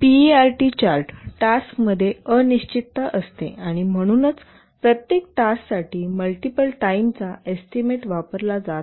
PERT chart टास्कमध्ये अनिश्चितता असते आणि म्हणूनच प्रत्येक टास्कसाठी मल्टिपल टाईमचा एस्टीमेट वापरला जात होता